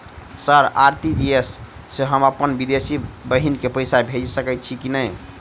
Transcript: Sir RTGS सँ हम अप्पन विदेशी बहिन केँ पैसा भेजि सकै छियै की नै?